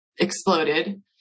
exploded